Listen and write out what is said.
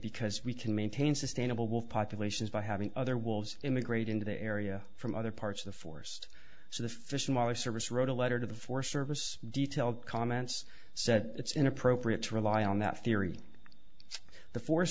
because we can maintain sustainable populations by having other wolves immigrate into the area from other parts of the forest so the fish and wildlife service wrote a letter to the forest service detail comments said it's inappropriate to rely on that theory the forest